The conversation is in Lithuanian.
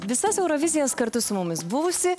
visas eurovizijas kartu su mumis buvusį